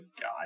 God